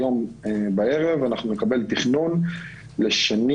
בערב נקבל תכנון לשני,